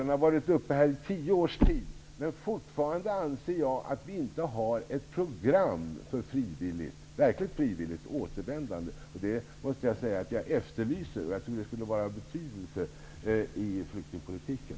Den har varit upppe till debatt under tio års tid, och fortfarande anser jag att vi inte har något program för verkligt frivilligt återvändande. Jag efterlyser ett sådant. Det skulle vara av betydelse i flyktingpolitiken.